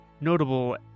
notable